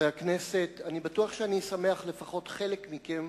חברי הכנסת, אני בטוח שאני אשמח לפחות חלק מכם,